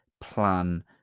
Plan